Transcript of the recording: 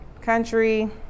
Country